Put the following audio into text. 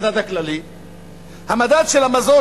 מדד המזון,